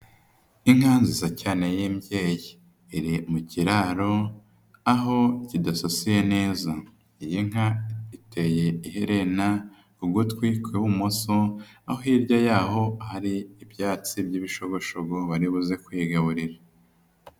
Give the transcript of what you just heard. Inka nziza cyane y'imbyeyi. Iri mu kiraro aho kidasasiye neza. Iyi nka iteye iherena ku gutwi kw'ibumoso aho hirya yaho hari ibyatsi by'ibishogoshogo ngo baribuze kuyigaburira.